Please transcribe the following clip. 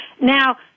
Now